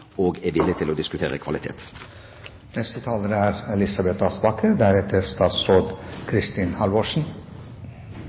og er villig til å diskutere kvalitet.